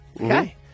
Okay